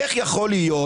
איך יכול להיות